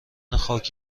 خاک